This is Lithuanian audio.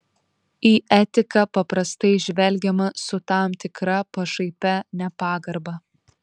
į etiką paprastai žvelgiama su tam tikra pašaipia nepagarba